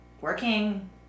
working